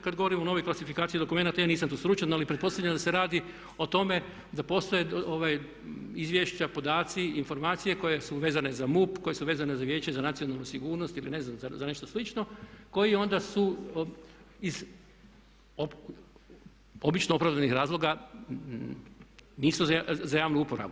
Kad govorimo o novoj klasifikaciji dokumenata ja nisam tu stručan ali pretpostavljam da se radi o tome da postoje izvješća, podaci, informacije koje su vezane za MUP, koje su vezane za Vijeće za nacionalnu sigurnost ili ne znam za nešto slično koji onda su iz obično opravdanih razloga nisu za javnu uporabu.